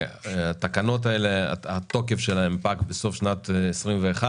התוקף של התקנות האלה פג בסוף שנת 2021,